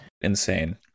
insane